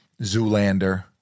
Zoolander